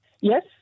Yes